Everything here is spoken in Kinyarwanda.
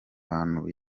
bantu